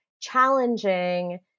challenging